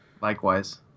Likewise